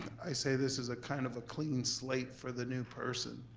i say this as ah kind of a clean slate for the new person.